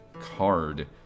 card